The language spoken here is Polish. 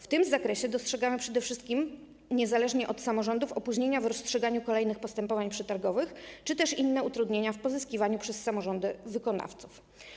W tym zakresie dostrzegamy przede wszystkim niezależne od samorządów opóźnienia w rozstrzyganiu kolejnych postępowań przetargowych czy też inne utrudnienia w pozyskiwaniu przez samorządy wykonawców.